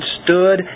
stood